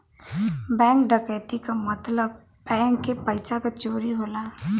bank डकैती क मतलब बैंक के पइसा क चोरी होला